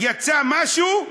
יצא משהו,